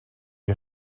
lui